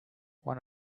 one